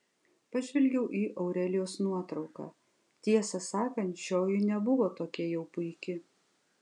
pažvelgiau į aurelijos nuotrauką tiesą sakant šioji nebuvo tokia jau puiki